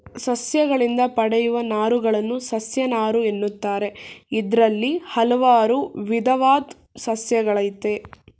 ಸಸ್ಯಗಳಿಂದ ಪಡೆಯುವ ನಾರುಗಳನ್ನು ಸಸ್ಯನಾರು ಎನ್ನುತ್ತಾರೆ ಇದ್ರಲ್ಲಿ ಹಲ್ವಾರು ವಿದವಾದ್ ಸಸ್ಯಗಳಯ್ತೆ